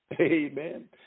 Amen